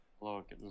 Look